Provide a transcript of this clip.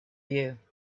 you